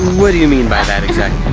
what do you mean by that exactly?